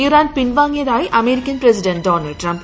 Iran പിൻവാങ്ങിയതായി American president Donald Trump